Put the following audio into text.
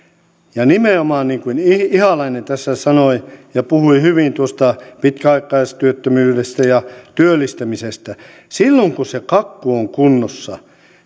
nimenomaan niin kuin ihalainen tässä sanoi ja puhui hyvin pitkäaikaistyöttömyydestä ja työllistämisestä silloin kun se kakku on kunnossa